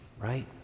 right